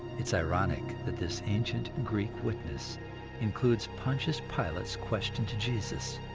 it's ironic that this ancient greek witness includes pontius pilate's question to jesus